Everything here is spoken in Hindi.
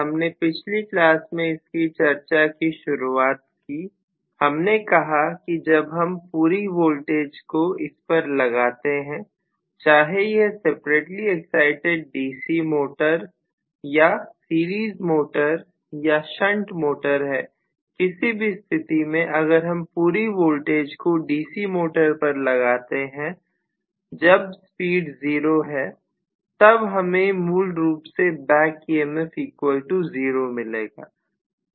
हमने पिछली क्लास में इसकी चर्चा की शुरुआत करें हमने कहा कि जब हम पूरी वोल्टेज को इस पर लगाते हैं चाहे यह सेपरेटली एक्साइटिड डीसी मोटर या सीरीज मोटर या शंट मोटर है किसी भी स्थिति में अगर हम पूरी वोल्टेज को डीसी मोटर पर लगाते हैं जब स्पीड जीरो है तब हमें मूल रूप से back EMF equal to zero मिलेगा